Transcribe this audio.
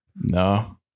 No